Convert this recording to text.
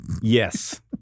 Yes